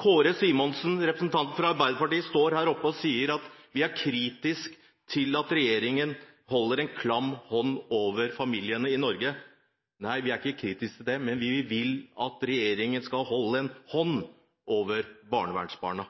Kåre Simensen, representant for Arbeiderpartiet, står her oppe og sier at vi er kritiske til at regjeringen holder en «klam hånd» over familiene i Norge. Nei, vi er ikke kritiske til det, men vi vil at regjeringen skal holde en hånd over barnevernsbarna.